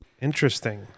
Interesting